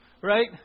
Right